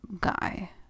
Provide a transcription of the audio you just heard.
guy